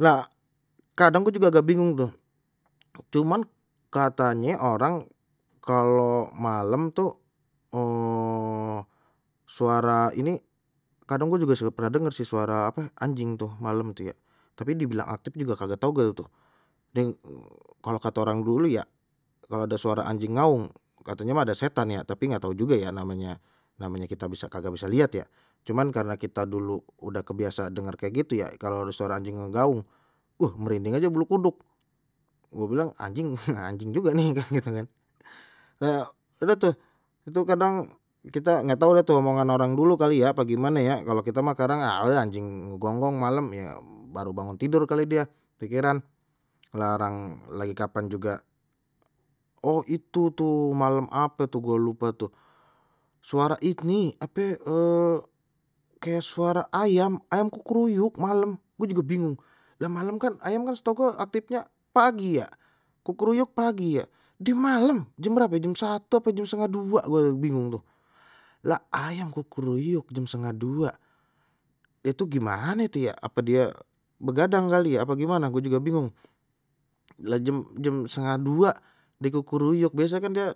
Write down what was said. Lah kadang gue juga gak bingung tuh, cuman katanye orang kalau malem tuh suara ini kadang gue juga suka pernah denger sih suara apa anjing tuh malam ya tapi di bilang aktif juga kagak tau ga tuh, yang kalau kata orang dulu ya kalau ada suara anjing ngaung katanya mah ada setan ya tapi nggak tahu juga ya namanya namanya kita bisa kagak bisa lihat ya, cuman karena kita dulu udah kebiasaan dengar kayak gitu ya kalau suara anjing ngegaung wuh merinding aja bulu kuduk, gua bilang anjing anjing juga nih kan gitukan kita udah tuh itu kadang kita nggak tahu dah itu omongan orang dulu kali ya apa gimana ya kalau kita mah karang ah anjing ngegonggong malam ya baru bangun tidur kali dia, pikiran melarang lagi kapan juga oh itu tuh malam apa tuh gua lupa tuh suara ini ape kayak suara ayam ayam kukuruyuk malam, gua juga bingung yang malam kan ayam kan setau gua aktifnya pagi ya, kukuruyuk pagi ya di malam jam berapa jam satu jam setengah dua gua bingung tu, lha ayam kukuruyuk jam setengah dua itu gimana itu ya apa dia begadang kali ya, apa gimana gue juga bingung lah jam jam setengah dua die kukuruyuk biasanya kan dia